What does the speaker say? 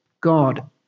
God